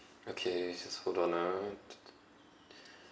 okay just hold on ah